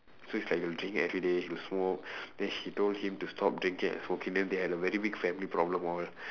so it's like he'll drink everyday he'll smoke then she told him to stop drinking and smoking then they had a very big family problem all